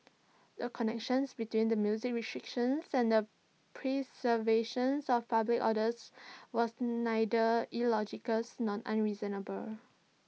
the connections between the music restriction and the preservation of public orders was neither illogical nor unreasonable